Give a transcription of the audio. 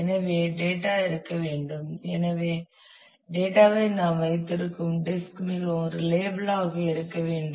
எனவே டேட்டா இருக்க வேண்டும் எனவே டேட்டா ஐ நாம் வைத்திருக்கும் டிஸ்க் மிகவும் ரிலையபிள் ஆக இருக்க வேண்டும்